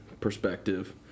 perspective